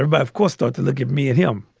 and but of course, thought to look at me at him.